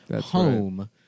home